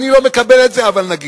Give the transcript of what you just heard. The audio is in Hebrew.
אני לא מקבל את זה, אבל נגיד,